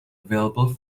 available